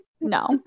no